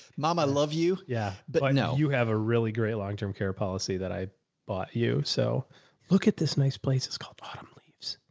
mom, i love you. yeah, but i know you have a really great longterm care policy that i bought you. so look at this nice place it's called bottom leaves.